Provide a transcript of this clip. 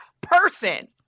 person